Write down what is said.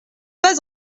pas